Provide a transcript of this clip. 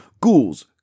ghouls